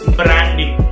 branding